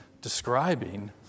describing